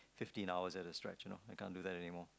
fifteen hours at a stretch you know I can't do that anymore